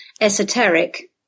esoteric